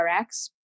RX